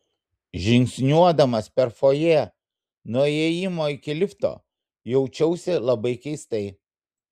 žingsniuodamas per fojė nuo įėjimo iki lifto jaučiausi labai keistai